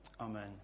Amen